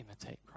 imitate